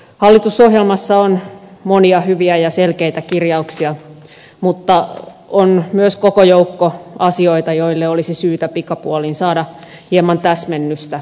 hallitusohjelmassa on monia hyviä ja selkeitä kirjauksia mutta on myös koko joukko asioita joille olisi syytä pikapuolin saada hieman täsmennystä